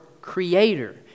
creator